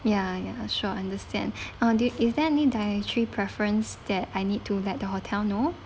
ya ya sure understand uh this is there any dietary preference that I need to let the hotel know